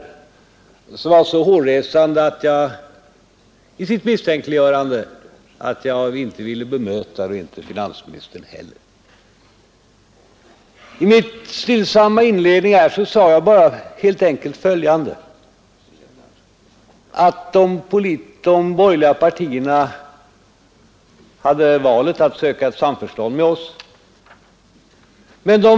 Denna skildring var så hårresande i sitt misstänkliggörande att varken jag eller finansministern ville bemöta den. I min stillsamma inledning sade jag bara helt enkelt, att de borgerliga partierna hade valet att söka ett samförstånd med oss eller att ta en strid.